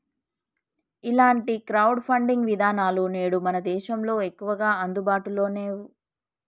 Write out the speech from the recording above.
ఇలాంటి crowd funding విధానాలు నేడు మన దేశంలో ఎక్కువగా అందుబాటులో నేవు